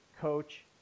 coach